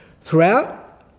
Throughout